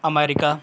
America